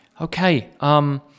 Okay